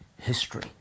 history